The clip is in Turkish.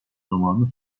zamanı